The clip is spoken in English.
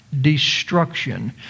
destruction